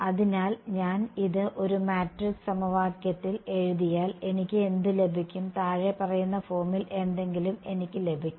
അതിനാൽ ഞാൻ ഇത് ഒരു മാട്രിക്സ് സമവാക്യത്തിൽ എഴുതിയാൽ എനിക്ക് എന്ത് ലഭിക്കും താഴെപ്പറയുന്ന ഫോമിൽ എന്തെങ്കിലും എനിക്ക് ലഭിക്കും